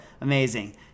Amazing